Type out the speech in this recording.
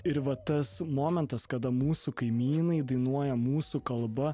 ir va tas momentas kada mūsų kaimynai dainuoja mūsų kalba